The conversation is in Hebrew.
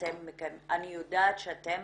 אני יודעת שאתם